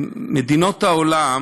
מדינות העולם